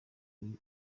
kuri